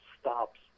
stops